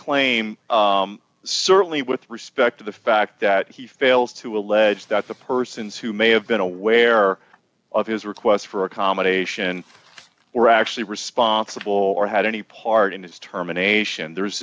claim certainly with respect to the fact that he fails to allege that the persons who may have been aware of his request for accommodation were actually responsible or had any part in his terminations there's